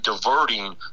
diverting